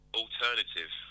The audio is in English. alternative